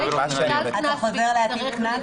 אבל אתה חוזר להטיל קנס?